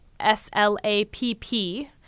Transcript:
S-L-A-P-P